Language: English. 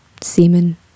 semen